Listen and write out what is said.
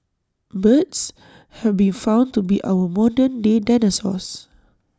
birds have been found to be our modern day dinosaurs